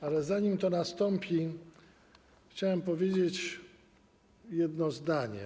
Ale zanim to nastąpi, chciałem powiedzieć jedno zdanie.